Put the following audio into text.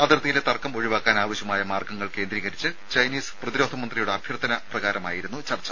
അതിർത്തിയിലെ തർക്കം ഒഴിവാക്കാൻ ആവശ്യമായ മാർഗ്ഗങ്ങൾ കേന്ദ്രീകരിച്ച് ചൈനീസ് പ്രതിരോധ മന്ത്രിയുടെ അഭ്യർത്ഥന പ്രകാരമായിരുന്നു ചർച്ച